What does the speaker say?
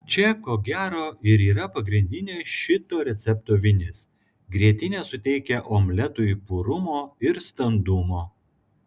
čia ko gero ir yra pagrindinė šito recepto vinis grietinė suteikia omletui purumo ir standumo